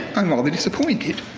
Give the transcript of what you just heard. i'm rather disappointed.